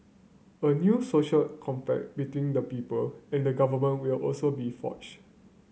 a new social compact between the people and the government will also be forged